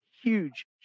huge